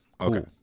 okay